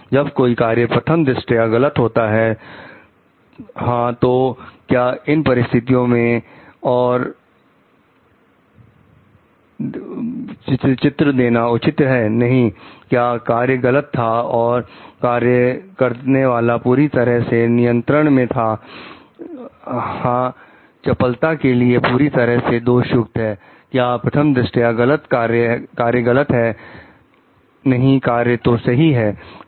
जब कोई कार्य प्रथम दृष्टया गलत होता है हां तो क्या इन परिस्थितियों में और चित्र देना उचित है नहीं क्या कार्य गलत था और कार्य करने वाला पूरी तरह से नियंत्रण में था हां चपलता के लिए पूरी तरह से दोष युक्त है क्या प्रथम दृष्टया कार्य गलत है नहीं कार्य तो सही है